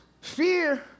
fear